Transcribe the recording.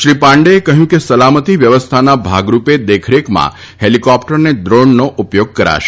શ્રી પાંડેએ કહ્યું કે સલામતી વ્યવસ્થાના ભાગરૂપે દેખરેખમાં હેલિકોપ્ટર અને ડ્રોનનો ઉપયોગ કરાશે